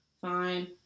fine